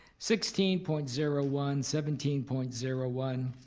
sixteen point zero one, seventeen point zero one,